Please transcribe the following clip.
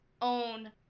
own